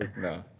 no